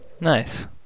Nice